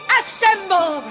assemble